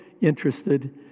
interested